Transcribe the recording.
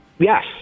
Yes